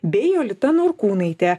bei jolita norkūnaitė